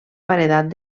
paredat